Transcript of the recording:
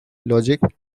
logic